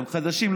הם חדשים,